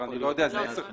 אני לא יודע, עשר שנים,